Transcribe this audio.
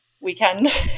weekend